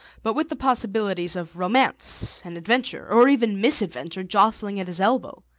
but with the possibilities of romance and adventure, or even misadventure, jostling at his elbow.